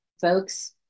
folks